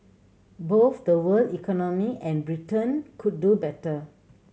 both the world economy and Britain could do better